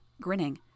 grinning